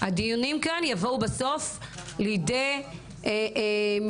הדיונים כאן יבואו בסוף לידי מיצוי